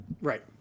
Right